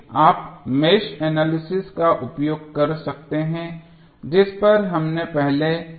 आप mesh analysis का उपयोग कर सकते हैं जिस पर हमने पहले चर्चा की थी